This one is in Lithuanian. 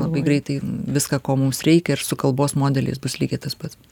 labai greitai viską ko mums reikia ir su kalbos modeliais bus lygiai tas pats